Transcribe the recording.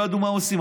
לא ידעו מה עושים,